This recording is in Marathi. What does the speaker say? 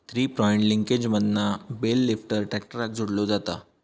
थ्री पॉइंट लिंकेजमधना बेल लिफ्टर ट्रॅक्टराक जोडलो जाता